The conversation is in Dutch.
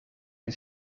het